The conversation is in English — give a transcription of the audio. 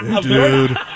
dude